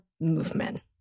movement